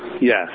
Yes